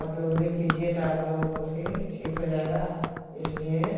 आपलोग भी पीजिए तो आप लोग को भी ठीक हो जाएगा इसलिए